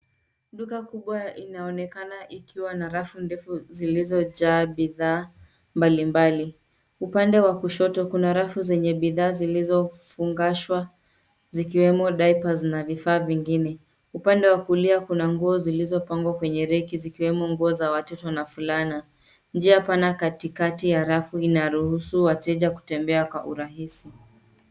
Duka kubwa inaonekana ikiwa na rafu ndefu zilizojaa bidhaa mbalimbali .Upande wa kushoto kuna rafu zenye bidhaa zilizofungashwa zikiwemo (cs)diapers(cs) na vifaa vingine. Upande wa kulia kuna nguo zilizopangwa kwenye reki zikiwemo nguo za watoto na fulana. Njia pana katikati ya rafu inaruhusu wateja kutembea kwa urahisi.